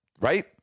right